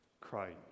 Christ